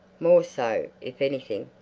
more so if anything.